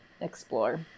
explore